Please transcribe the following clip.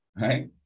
right